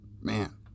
Man